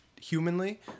humanly